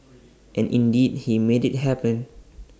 and indeed he made IT happen